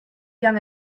young